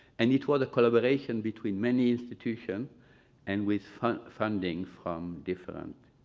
and it was a collaboration between many institutions and with funding from different